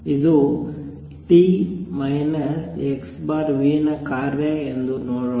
ಇದು t x v ನ ಕಾರ್ಯ ಎಂದು ನೋಡೋಣ